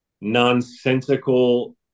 nonsensical